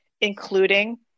including